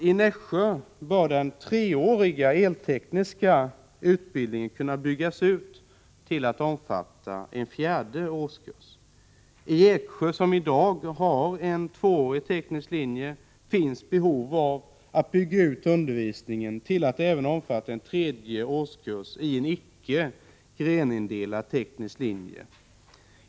I Nässjö bör en treårig elteknisk utbildning kunna byggas ut till att omfatta en fjärde årskurs. I Eksjö, som i dag har en tvåårig teknisk linje, finns behov av att bygga ut undervisningen till att även omfatta en tredje årskurs i en icke grenindelad teknisk linje.